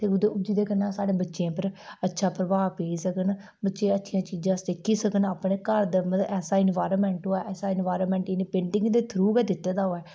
ते ओह्दे जेह्दे कन्नै साढ़े बच्चें उप्पर अच्छा प्रभाव पेई सकन बच्चे अच्छियां चीजां सिक्खी सकन अपने घर दा मतलब ऐसा इंवायर्नमेंट होआ ऐसा इंवायर्नमेंट इनें पेंटिग दे थ्रू गै दित्ते दा होए